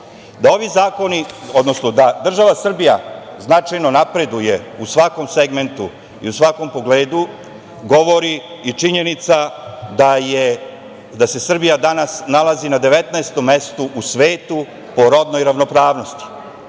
država Srbija značajno napreduje u svakom segmentu i u svakom pogledu, govori i činjenica da se Srbija danas nalazi na 19. mestu u svetu po rodnoj ravnopravnosti